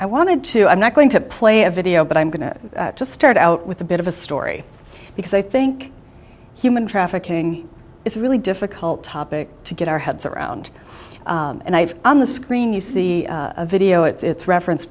i wanted to i'm not going to play a video but i'm going to just start out with a bit of a story because i think human trafficking is a really difficult topic to get our heads around and i have on the screen you see the video it's reference